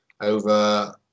over